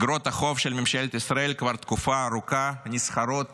כבר תקופה ארוכה אגרות